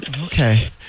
Okay